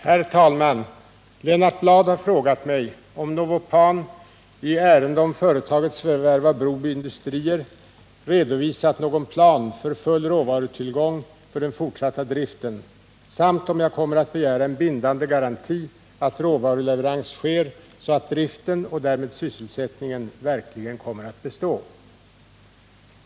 Herr talman! Lennart Bladh har frågat mig om Novopan i ärende om företagets förvärv av Broby Industrier AB redovisat någon plan för full råvarutillgång för den fortsatta driften samt om jag kommer att begära en bindande garanti att råvaruleverans sker, så att driften och därmed sysselsättningen verkligen kommer att bestå.